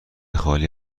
خالی